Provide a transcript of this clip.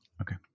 Okay